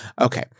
Okay